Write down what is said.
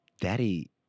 daddy